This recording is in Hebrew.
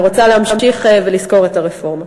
אני רוצה להמשיך ולסקור את הרפורמה.